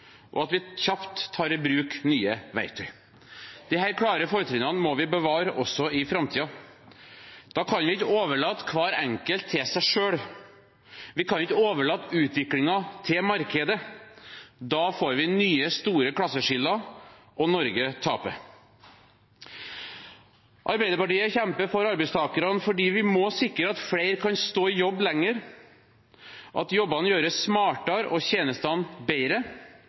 og at vi kjapt tar i bruk nye verktøy. Disse klare fortrinnene må vi bevare også i framtiden. Da kan vi ikke overlate hver enkelt til seg selv. Vi kan ikke overlate utviklingen til markedet. Da får vi nye, store klasseskiller, og Norge taper. Arbeiderpartiet kjemper for arbeidstakerne fordi vi må sikre at flere kan stå i jobb lenger, at jobbene gjøres smartere og tjenestene bedre,